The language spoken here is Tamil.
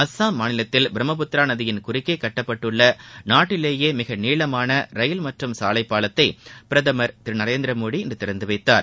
அஸ்ஸாம் மாநிலத்தில் பிரம்மபுத்திரா நதியின் குறுக்கே கட்டப்பட்டுள்ள நாட்டிலேயே மிக நீளமான ரயில் மற்றும் சாலை பாலத்தை பிரதமர் திரு நரேந்திரமோடி இன்று திறந்து வைத்தார்